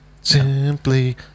Simply